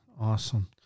Awesome